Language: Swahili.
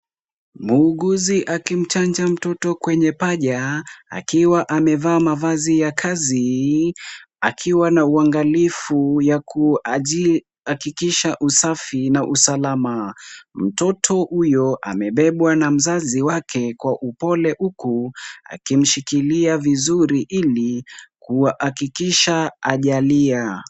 Muuguzi akimchanja mtoto kwenye paja, akiwa wamevaa mavazi ya kazi, akiwa na uangalifu ya kuhakikisha usafi na usalama. Mtoto huyo amebebwa na mzazi wake kwa upole, huku akimshikilia vizuri ili kuhakikisha hajalia.